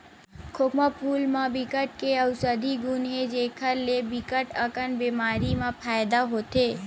खोखमा फूल म बिकट के अउसधी गुन हे जेखर ले बिकट अकन बेमारी म फायदा होथे